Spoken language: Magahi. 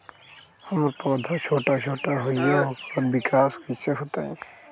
हमर पौधा छोटा छोटा होईया ओकर विकास कईसे होतई?